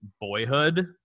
boyhood